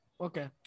Okay